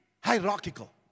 hierarchical